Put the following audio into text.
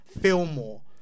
fillmore